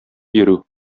йөрү